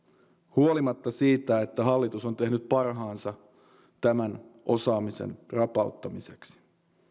huolimatta siitä että hallitus on tehnyt parhaansa tämän osaamisen rapauttamiseksi